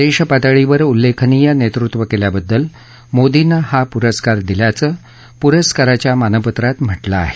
देशपातळीवर उल्लेखनीय नेतृत्व केल्याबद्दल मोदींना हा पुरस्कार दिल्याचं पुरस्काराच्या मानपत्रात म्हटलं आहे